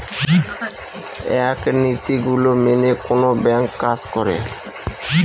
এক নীতি গুলো মেনে কোনো ব্যাঙ্ক কাজ করে